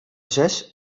zes